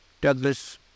Douglas